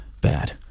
bad